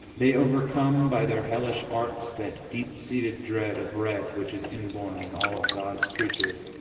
they overcome by their hellish arts that deep-seated dread of red which is inborn in all of god's creatures.